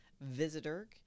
visitor